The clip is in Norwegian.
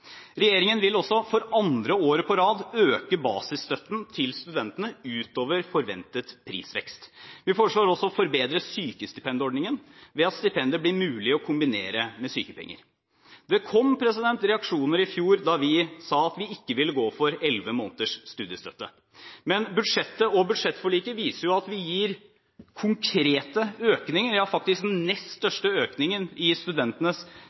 Regjeringen vil også, for andre året på rad, øke basisstøtten til studentene utover forventet prisvekst. Vi foreslår også å forbedre sykestipendordningen ved at stipendet blir mulig å kombinere med sykepenger. Det kom reaksjoner i fjor da vi sa at vi ikke ville gå for 11 måneders studiestøtte, men budsjettet og budsjettforliket viser jo at vi gir konkrete økninger, ja, det er faktisk den nest største økningen i studentenes